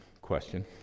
question